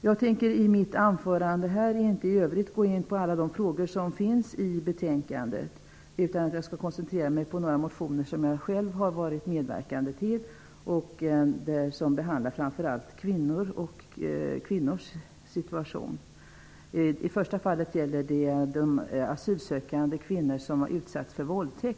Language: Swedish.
Jag tänker i mitt anförande inte i övrigt gå in på alla de frågor som finns i betänkandet, utan jag skall koncentrera mig på några motioner som jag själv har medverkat till och som behandlar framför allt kvinnors situation. I första fallet gäller det asylsökande kvinnor som har utsatts för våldtäkt.